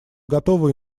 готовы